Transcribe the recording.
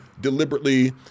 deliberately